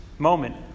moment